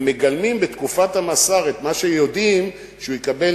הם מגלמים בתקופת המאסר את מה שיודעים שהוא יקבל